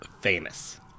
famous